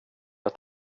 jag